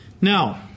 Now